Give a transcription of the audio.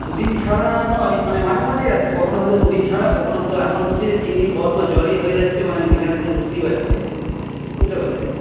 দু দিন ছাড়া নয় মানে মাঝে মাঝেই আসছে কখনো হয়ত দু দিন ছাড়া কখনো হয়ত এমন হচ্ছে তিনদিন পর পর জ্বরই হয়ে যাচ্ছে মানে আমি বিছানা ছেড়ে উঠতেই পারছি না বুঝতে পারলেন